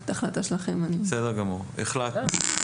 את ההחלטה שלכם --- בסדר גמור, החלטנו.